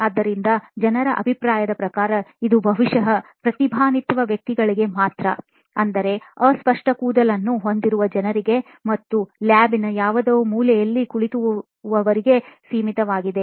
ಆದ್ದರಿಂದ ಜನರ ಅಭಿಪ್ರಾಯದ ಪ್ರಕಾರ ಇದು ಬಹುಶಃ ಪ್ರತಿಭಾನ್ವಿತ ವ್ಯಕ್ತಿಗಳಿಗೆ ಮಾತ್ರ ಅಂದರೆ ಅಸ್ಪಷ್ಟ ಕೂದಲನ್ನು ಹೊಂದಿರುವ ಜನರಿಗೆ ಮತ್ತು ಲ್ಯಾಬ್ ನ ಯಾವುದೋ ಮೂಲೆಯಲ್ಲಿ ಕುಳಿತಿರುವರಿಗೆ ಸೀಮಿತವಾಗಿದೆ